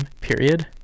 period